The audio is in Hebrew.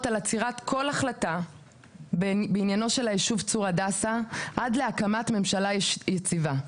על עצירת כל החלטה בעניינו של היישוב צור הדסה עד להקמת ממשלה יציבה.